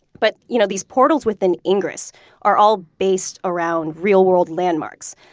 but you know these portals within ingress are all based around real-world landmarks.